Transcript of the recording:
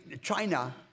China